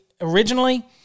originally